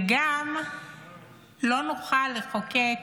וגם לא נוכל לחוקק